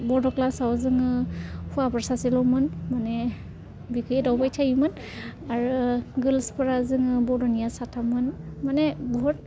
बड' क्लासआव जोङो हौवाफोर सासेल'मोन माने बेखौ एदावबाय थायोमोन आरो गोर्लसफोरा जोङो बड'निया साथाममोन माने बुहुत